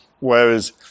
Whereas